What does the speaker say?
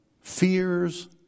fears